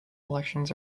elections